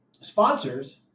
sponsors